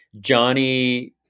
Johnny